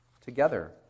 together